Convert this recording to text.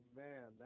man